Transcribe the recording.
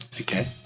Okay